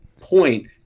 point